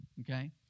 okay